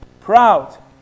proud